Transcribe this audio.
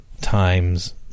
Times